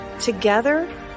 Together